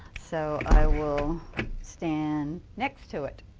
so i will stand next to it.